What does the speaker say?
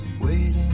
Waiting